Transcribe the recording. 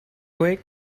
quick